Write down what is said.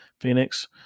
phoenix